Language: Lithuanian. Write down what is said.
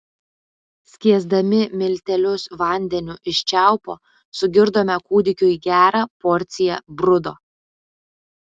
skiesdami miltelius vandeniu iš čiaupo sugirdome kūdikiui gerą porciją brudo